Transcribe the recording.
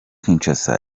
kinshasa